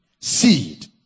Seed